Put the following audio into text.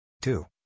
two